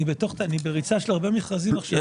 אני בריצה של הרבה מכרזים עכשיו.